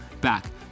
back